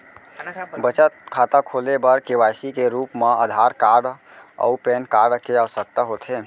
बचत खाता खोले बर के.वाइ.सी के रूप मा आधार कार्ड अऊ पैन कार्ड के आवसकता होथे